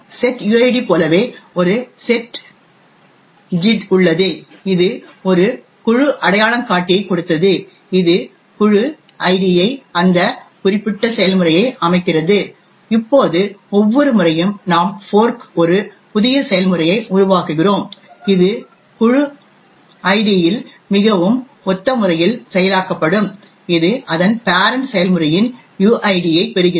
setuid போலவே ஒரு set GID உள்ளது இது ஒரு குழு அடையாளங்காட்டியைக் கொடுத்தது இது குழு ஐடியை அந்த குறிப்பிட்ட செயல்முறையை அமைக்கிறது இப்போது ஒவ்வொரு முறையும் நாம் ஃபோர்க் ஒரு புதிய செயல்முறையை உருவாக்குகிறோம் இது குழு ஐடியில் மிகவும் ஒத்த முறையில் செயலாக்கப்படும் இது அதன் பேரன்ட் செயல்முறையின் யுஐடியைப் பெறுகிறது